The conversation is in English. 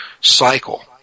cycle